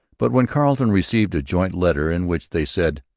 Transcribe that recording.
but when carleton received a joint letter in which they said,